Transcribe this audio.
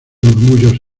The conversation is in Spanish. murmullos